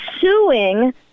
suing